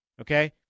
okay